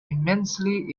immensely